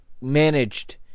managed